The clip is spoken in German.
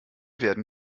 werden